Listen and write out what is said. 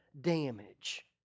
damage